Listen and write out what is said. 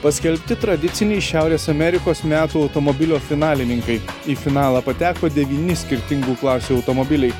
paskelbti tradiciniai šiaurės amerikos metų automobilio finalininkai į finalą pateko devyni skirtingų klasių automobiliai